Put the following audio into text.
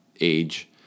age